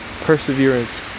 perseverance